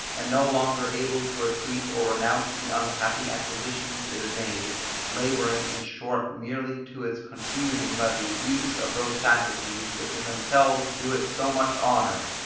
and no longer able to retreat, or renounce the unhappy acquisitions it had made labouring, in short merely to its confusion by the abuse of those faculties, which in themselves do it so much honour,